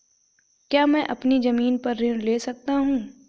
क्या मैं अपनी ज़मीन पर ऋण ले सकता हूँ?